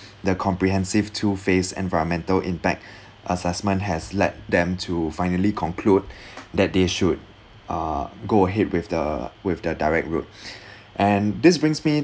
the comprehensive two phase environmental impact assessment has led them to finally conclude that they should uh go ahead with the with the direct route and this brings me